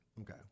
Okay